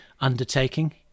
undertaking